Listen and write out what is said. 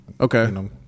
Okay